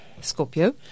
Scorpio